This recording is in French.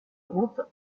groupe